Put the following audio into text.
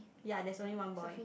yea there's only one boy